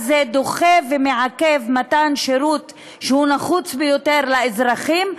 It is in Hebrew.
אז זה דוחה ומעכב מתן שירות שהוא נחוץ ביותר לאזרחים,